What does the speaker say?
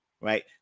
right